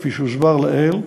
כפי שהוסבר לעיל,